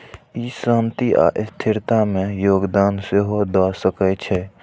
ई शांति आ स्थिरता मे योगदान सेहो दए सकै छै